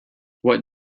what